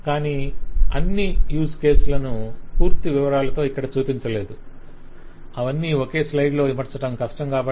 కానీ అన్ని యూస్ కేసులను పూర్తి వివరాలతో ఇక్కడ చూపించలేదు అవన్నీ ఒకే స్లయిడ్ లో ఇమడ్చటం కష్టం కాబట్టి